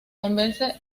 convence